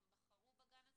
הם בחרו בגן הזה,